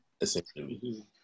essentially